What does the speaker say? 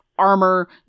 armor